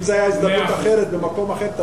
אם זו היתה הזדמנות אחרת ומקום אחר, מאה אחוז.